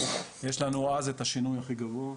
יש לנו אז את השינוי הכי גבוה.